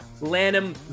Lanham